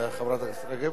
חברת הכנסת רגב.